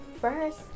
First